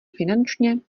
finančně